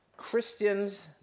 Christians